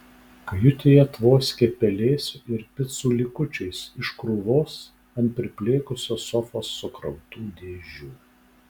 kajutėje tvoskė pelėsiu ir picų likučiais iš krūvos ant priplėkusios sofos sukrautų dėžių